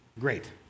great